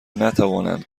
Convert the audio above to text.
نتوانند